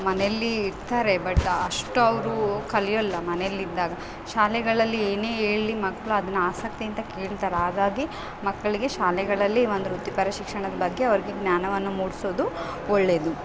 ಮನೇಲಿ ಇರ್ತಾರೆ ಬಟ್ ಅಷ್ಟು ಅವರು ಕಲಿಯೋಲ್ಲ ಮನೆಯಲ್ಲಿದ್ದಾಗ ಶಾಲೆಗಳಲ್ಲಿ ಏನೇ ಹೇಳ್ಲಿ ಮಕ್ಳು ಅದನ್ನ ಆಸಕ್ತಿಯಿಂದ ಕೇಳ್ತಾರೆ ಹಾಗಾಗಿ ಮಕ್ಕಳಿಗೆ ಶಾಲೆಗಳಲ್ಲಿ ಒಂದು ವೃತ್ತಿಪರ ಶಿಕ್ಷಣದ ಬಗ್ಗೆ ಅವ್ರಿಗೆ ಜ್ಞಾನವನ್ನು ಮೂಡಿಸೋದು ಒಳ್ಳೆಯದು